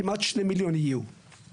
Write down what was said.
כמעט שני מיליון יהיו,